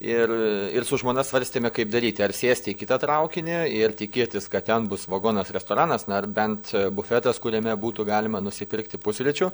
ir ir su žmona svarstėme kaip daryti ar sėsti į kitą traukinį ir tikėtis kad ten bus vagonas restoranas na ar bent bufetas kuriame būtų galima nusipirkti pusryčių